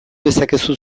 dezakezu